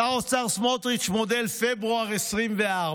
שר האוצר סמוטריץ' מודל פברואר 2024,